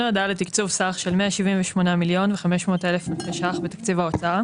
לתקצוב סך 178 מיליון ו-500,000 אלפי ₪ בתקציב ההוצאה.